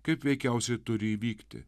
kaip veikiausiai turi įvykti